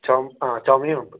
ചൊ ആ ചുമയുണ്ട്